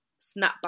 snapback